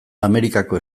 amerikako